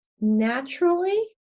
naturally